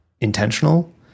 intentional